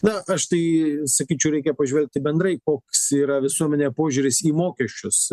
na aš tai sakyčiau reikia pažvelgti bendrai koks yra visuomenė požiūris į mokesčius